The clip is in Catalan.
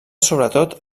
sobretot